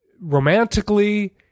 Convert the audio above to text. romantically